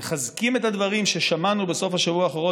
מחזקים את הדברים ששמענו בסוף השבוע האחרון